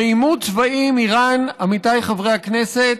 ועימות צבאי עם איראן, עמיתיי חברי הכנסת,